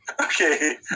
Okay